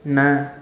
ନା